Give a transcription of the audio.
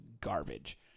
garbage